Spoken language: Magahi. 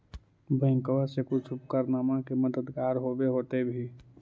बैंकबा से कुछ उपकरणमा के मददगार होब होतै भी?